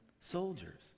soldiers